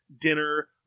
dinner